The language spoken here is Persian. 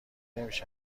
نمیشه